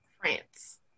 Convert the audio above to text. France